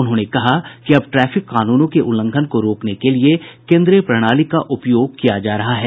उन्होंने कहा कि अब ट्रैफिक कानूनों के उल्लंघन को रोकने के लिए केन्द्रीय प्रणाली का उपयोग किया जा रहा है